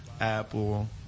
Apple